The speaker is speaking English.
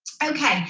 okay,